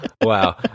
Wow